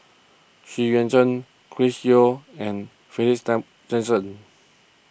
Xu Yuan Zhen Chris Yeo and Jackson